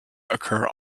occur